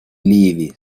ливии